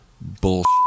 bullshit